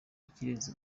ikirenze